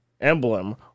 emblem